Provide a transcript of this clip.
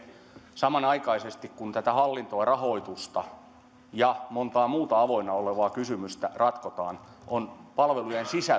samanaikaisesti kun tätä hallintoa rahoitusta ja montaa muuta avoinna olevaa kysymystä ratkotaan on palvelujen sisältöjen